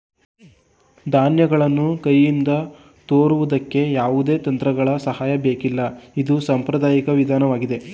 ಧಾನ್ಯಗಳನ್ನು ಕೈಯಿಂದ ತೋರುವುದಕ್ಕೆ ಯಾವುದೇ ಯಂತ್ರಗಳ ಸಹಾಯ ಬೇಕಿಲ್ಲ ಇದು ಸಾಂಪ್ರದಾಯಿಕ ವಿಧಾನವಾಗಿದೆ